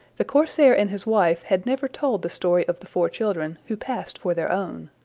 the corsair and his wife had never told the story of the four children, who passed for their own.